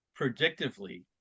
predictively